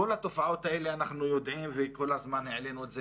את כל התופעות האלה אנחנו יודעים וכל הזמן העלינו את זה